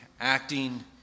acting